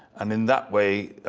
and in that way,